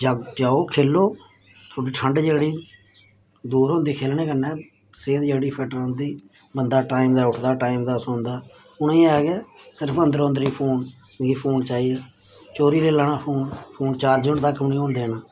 जाओ खेलो थोह्ड़ी ठंड जेह्ड़ी दूर होंदी खेलने कन्नै सेह्त जेह्ड़ी फिट रौंह्दी बंदा टाइम दा उठदा टाइम दा सौंदा उ'नेंगी एह् ऐ गै सिर्फ अंदरो अंदर फोन मिगी फोन चाहिदा चोरी लेई लैना फोन फोन चार्जर तक बी निं होन देना